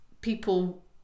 people